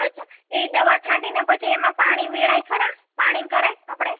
અચ્છા એ દવા છાંટીને પછી એમાં પાણી વેડાય ખરા પાણી કરાય આપડે